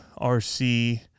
RC